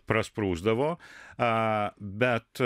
prasprūsdavo bet